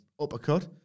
uppercut